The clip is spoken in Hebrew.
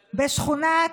בשכונת,